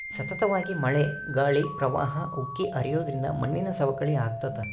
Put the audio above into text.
ಸತತವಾಗಿ ಮಳೆ ಗಾಳಿ ಪ್ರವಾಹ ಉಕ್ಕಿ ಹರಿಯೋದ್ರಿಂದ ಮಣ್ಣಿನ ಸವಕಳಿ ಆಗ್ತಾದ